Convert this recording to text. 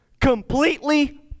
completely